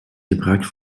gebruikt